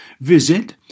Visit